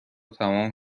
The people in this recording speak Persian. تمام